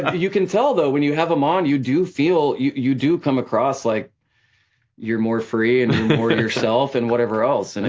ah you can tell though when you have them on you do feel, you you do come across like you're more free and more yourself and whatever else. and